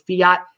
fiat